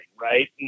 right